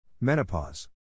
Menopause